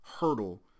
hurdle